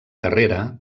carrera